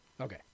Okay